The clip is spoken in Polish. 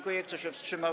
Kto się wstrzymał?